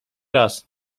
raz